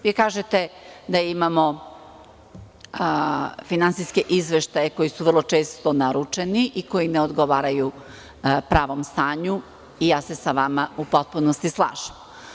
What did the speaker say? Vi kažete da imamo finansijske izveštaje koji su vrlo često naručeni i koji ne odgovaraju pravom stanju i tu se sa vama u potpunosti slažem.